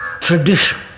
tradition